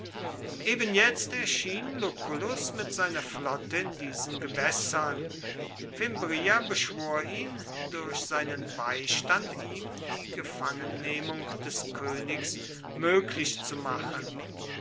eben jetzt erschien lucullus mit seiner flotte in diesen gewässern fimbria beschwor ihn durch seinen beistand ihm die gefangennehmung des königs möglich zu machen